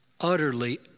utterly